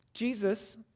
Jesus